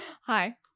hi